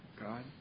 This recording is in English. God